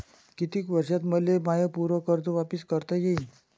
कितीक वर्षात मले माय पूर कर्ज वापिस करता येईन?